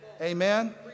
Amen